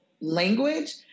language